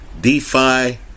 DeFi